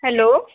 hello